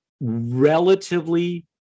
relatively